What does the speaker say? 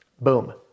Boom